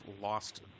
lost